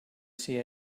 see